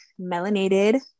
melanated